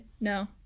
No